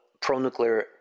pro-nuclear